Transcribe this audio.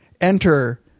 enter